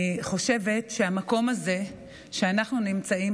אני חושבת שהמקום הזה שאנחנו נמצאים